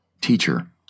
Teacher